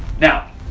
Now